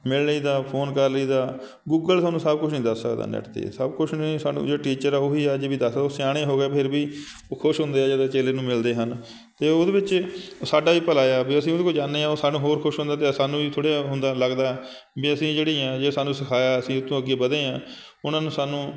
ਮਿਲ ਲਈ ਦਾ ਫੋਨ ਕਰ ਲਈ ਦਾ ਗੂਗਲ ਤੁਹਾਨੂੰ ਸਭ ਕੁਛ ਨਹੀਂ ਦੱਸ ਸਕਦਾ ਨੈੱਟ 'ਤੇ ਸਭ ਕੁਛ ਉਹਨੇ ਸਾਨੂੰ ਜਿਹੜੇ ਟੀਚਰ ਆ ਉਹ ਹੀ ਅੱਜ ਵੀ ਦੱਸ ਉਹ ਸਿਆਣੇ ਹੋ ਗਏ ਫਿਰ ਵੀ ਉਹ ਖੁਸ਼ ਹੁੰਦੇ ਜਦੋਂ ਚੇਲੇ ਉਹਨੂੰ ਮਿਲਦੇ ਹਨ ਅਤੇ ਉਹਦੇ ਵਿੱਚ ਸਾਡਾ ਵੀ ਭਲਾ ਆ ਵੀ ਅਸੀਂ ਉਹਦੇ ਕੋਲ ਜਾਂਦੇ ਹਾਂ ਉਹ ਸਾਨੂੰ ਹੋਰ ਖੁਸ਼ ਹੁੰਦਾ ਅਤੇ ਸਾਨੂੰ ਵੀ ਥੋੜ੍ਹਾ ਜਿਹਾ ਹੁੰਦਾ ਲੱਗਦਾ ਵੀ ਅਸੀਂ ਜਿਹੜੀ ਆ ਜੇ ਸਾਨੂੰ ਸਿਖਾਇਆ ਸੀ ਉਸ ਤੋਂ ਅੱਗੇ ਵਧੇ ਹਾਂ ਉਹਨਾਂ ਨੇ ਸਾਨੂੰ